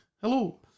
hello